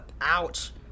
Ouch